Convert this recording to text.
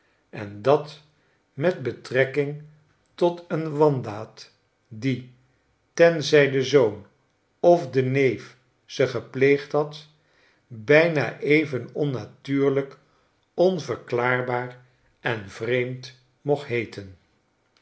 en dat met betrekking tot een wandaad die hetzij de zoon of de neef ze gepleegd had bijna even onnatuurlijk onverklaarbaar en vreemd mocht heeten